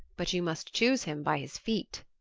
but you must choose him by his feet.